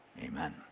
amen